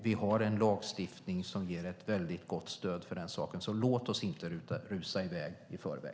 Vi har en lagstiftning som ger ett mycket gott stöd för den saken. Låt oss därför inte rusa i väg i förväg.